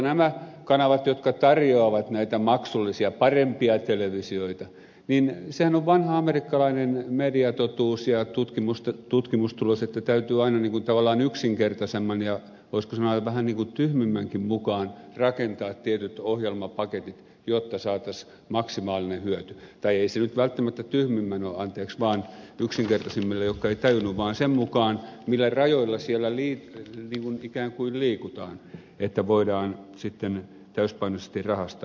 nämä kanavat jotka tarjoavat näitä maksullisia parempia televisioita niin sehän on vanha amerikkalainen mediatotuus ja tutkimustulos että täytyy aina tavallaan yksinkertaisemman ja voisiko sanoa vähän niin kuin tyhmemmänkin mukaan rakentaa tietyt ohjelmapaketit jotta saataisiin maksimaalinen hyöty tai ei se nyt välttämättä tyhmimmän mukaan ole anteeksi vaan yksinkertaisimmille jotka eivät tajunneet vaan sen mukaan millä rajoilla siellä ikään kuin liikutaan että voidaan sitten täysipainoisesti rahastaa